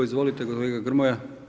Izvolite kolega Grmoja.